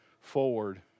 forward